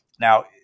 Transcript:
Now